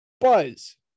buzz